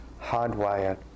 hardwired